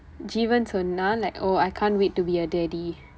jeevan சொன்னான்:sonnaan like oh I can't wait to be a daddy